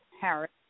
Harris